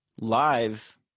live